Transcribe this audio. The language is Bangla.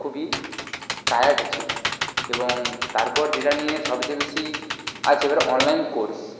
খুবই টায়ার্ড ছিল এবং তারপর যেটা নিয়ে সবচেয়ে বেশি আছে এবারে অনলাইন কোর্স